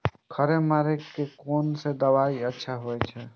खर मारे के कोन से दवाई अच्छा होय छे?